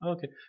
Okay